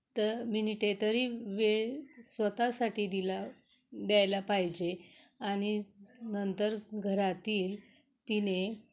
टं मिनिटे तरी वेळ स्वतःसाठी दिला द्यायला पाहिजे आणि नंतर घरातील तिने